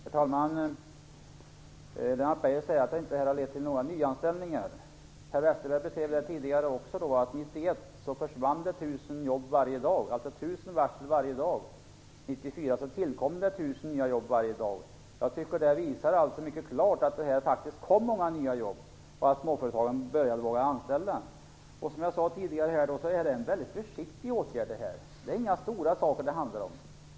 Herr talman! Lennart Beijer säger att det här inte har lett till några nyanställningar. Per Westerberg sade tidigare att det försvann 1 000 jobb varje dag tillkom det 1 000 nya jobb varje dag. Det visar mycket klart att det kom många nya jobb och att småföretagen vågade börja anställa. Som jag sade tidigare, är det här en väldigt försiktig åtgärd. Det är inga stora saker det handlar om.